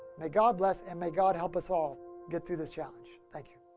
may god bless and may god help us all get through this challenge. thank you.